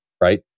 Right